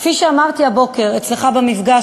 כפי שאמרתי הבוקר אצלך במפגש,